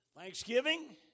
Thanksgiving